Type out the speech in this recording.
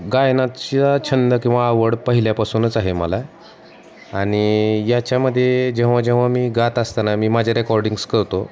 गायनाचा छंद किंवा आवड पहिल्यापासूनच आहे मला आणि याच्यामध्ये जेव्हा जेव्हा मी गात असताना मी माझे रेकॉर्डिंग्स करतो